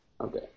Okay